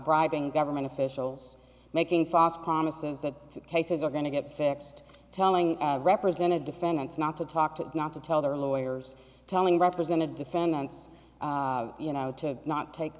bribing government officials making sauce promises that cases are going to get fixed telling represented defendants not to talk to not to tell their lawyers telling represented defendants you know to not take